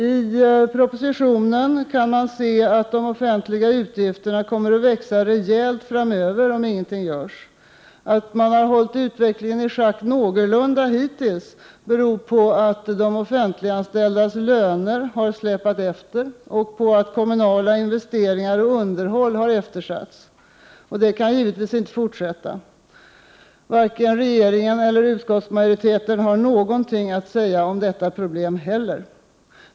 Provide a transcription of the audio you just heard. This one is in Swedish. I propositionen kan man se att de offentliga utgifterna kommer att växa rejält framöver om ingenting görs. Att utvecklingen har hållits någorlunda i schack hittills beror på att de offentliganställdas löner har släpat efter och på att kommunala investeringar och underhåll har eftersatts. Det kan givetvis inte fortsätta. Varken regeringen eller utskottsmajoriteten har någonting att säga i fråga om detta problem heller.